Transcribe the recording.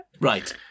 Right